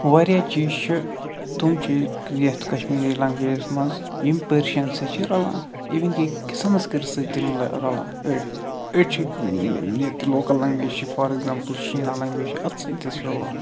واریاہ چیٖز چھِ تِم چی یَتھ کَشمیٖری لَنٛگویجَس منٛز یِم پٕرشَن سۭتۍ چھِ رَلان اِوٕن کہِ سَنَسکرت سۭتۍ تہِ رلان أڑۍ أڑۍ چھِ ییٚتہِ لوکَل لنگویج چھِ فار اٮ۪کزامپُل شیٖنا لَنگویج چھِ اَتھ سۭتۍ تہِ چھِ رَلان